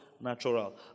natural